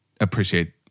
appreciate